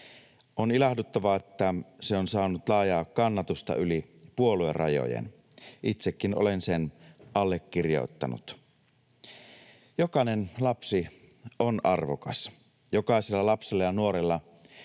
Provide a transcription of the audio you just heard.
On ilahduttavaa, että se on saanut laajaa kannatusta yli puoluerajojen. Itsekin olen sen allekirjoittanut. Jokainen lapsi on arvokas. Jokaisella lapsella ja nuorella